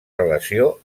relació